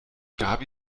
gaby